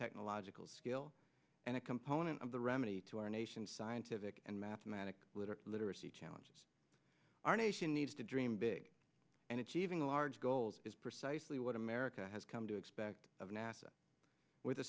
technological skill and a component of the remedy to our nation's scientific and mathematical literate literacy challenges our nation needs to dream big and achieving a large goals is precisely what america has come to expect of nasa with a